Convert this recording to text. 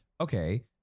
Okay